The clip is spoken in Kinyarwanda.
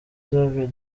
savio